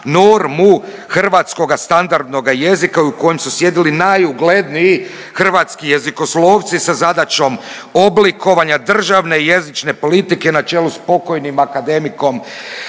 normu hrvatskoga standardnoga jezika u kojem su sjedili najugledniji hrvatski jezikoslovci sa zadaćom oblikovanja državne i jezične politike na čelu s pokojnim akademikom